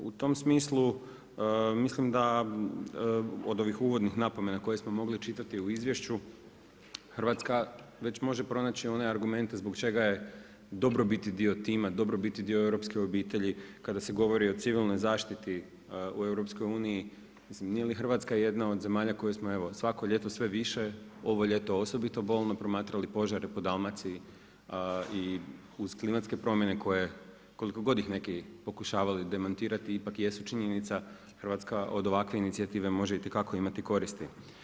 U tom smislu, mislim da od ovih uvodnih napomena koje smo mogli čitati u izvješću, Hrvatska već može pronaći one argumente, zbog čega je dobro biti dio tima, dobro biti dio europske obitelji, kada se govori o civilnoj zaštiti u EU, mislim, nije li Hrvatska jedna od zemalja, koje smo evo, sve više, ovo ljeto osobito bilo promatrali požare po Dalmaciji i uz klimatske promjene, koje koliko god ih neki pokušavaju demantirati, ipak jesu činjenica, Hrvatska od ovakve inicijative može itekako imati koristi.